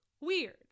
weird